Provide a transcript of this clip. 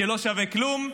שלא שווה כלום.